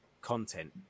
content